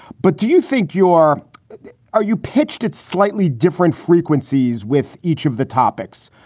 but do you think you are? are you pitched at slightly different frequencies with each of the topics,